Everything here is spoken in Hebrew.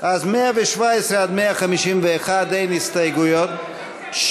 אז ל-117 151 אין הסתייגויות.